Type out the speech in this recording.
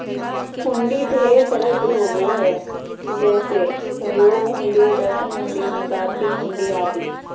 हुंडी ढेर तरह के होबो हय जैसे सहयोग हुंडी, दर्शन हुंडी, मुदात्ती हुंडी आदि